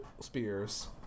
spears